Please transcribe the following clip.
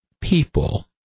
people